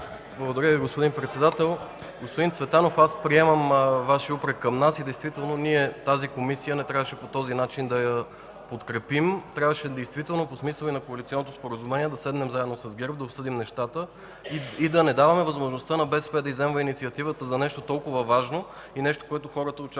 Благодаря Ви, господин Председател. Господин Цветанов, аз приемам Вашия упрек към нас и не трябваше по този начин да подкрепим тази Комисия. Трябваше действително, по смисъла и на коалиционното споразумение, да седнем заедно с ГЕРБ, да обсъдим нещата и да не даваме възможността на БСП да изземва инициативата за нещо толкова важно и нещо, което хората очакват